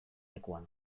lekuan